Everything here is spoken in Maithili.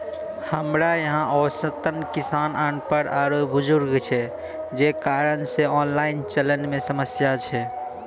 हमरा यहाँ औसत किसान अनपढ़ आरु बुजुर्ग छै जे कारण से ऑनलाइन चलन मे समस्या छै?